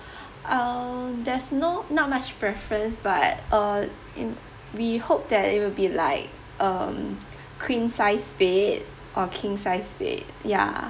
uh there's no not much preference but uh um we hope that it will be like um queen sized bed or king sized bed ya